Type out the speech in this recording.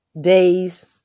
days